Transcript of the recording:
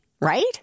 right